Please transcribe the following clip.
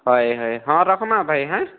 ହଏ ହଏ ହଁ ରଖ୍ମା ଭାଇ ହାଁ